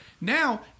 now